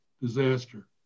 disaster